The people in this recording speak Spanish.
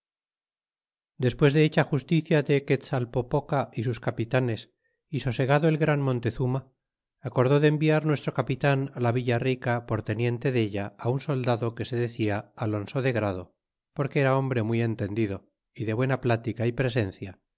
despues de hecha justicia de quetzalpopoca y sus capitanes y sosegado el gran montezurna acordó de enviar nuestro capitan la villa rica por teniente della a un soldado que se decia alonso de grado porque era hombre muy entendido y de buena plática y presencia